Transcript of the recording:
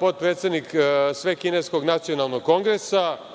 potpredsednik Svekineskog nacionalnog kongresa,